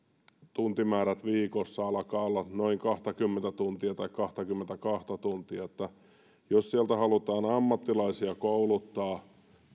tuntimäärät viikossa alkavat olla noin kahtakymmentä tuntia tai kahtakymmentäkahta tuntia jos sieltä halutaan ammattilaisia kouluttaa